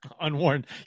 Unwarned